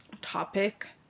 topic